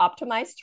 optimized